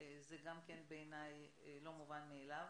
זה גם כן בעיני לא מובן מאליו.